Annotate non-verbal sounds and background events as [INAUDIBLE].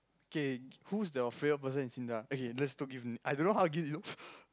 K who's your favourite person in Sinda okay let's I don't know how to give you [LAUGHS]